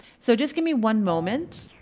so just give me one moment.